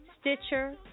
Stitcher